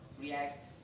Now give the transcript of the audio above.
React